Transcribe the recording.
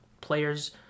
players